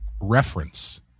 reference